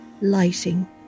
Lighting